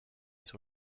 sur